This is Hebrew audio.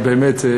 אבל באמת,